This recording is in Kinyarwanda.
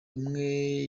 umwe